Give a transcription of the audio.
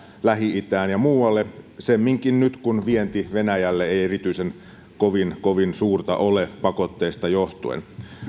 lähi itään ja muualle semminkin nyt kun vienti venäjälle ei kovin kovin suurta ole pakotteista johtuen